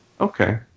okay